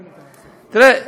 תראה,